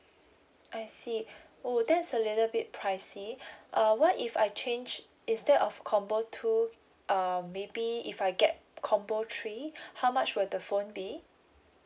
I see oh that's a little bit pricey uh what if I change instead of combo two um maybe if I get combo three how much will the phone be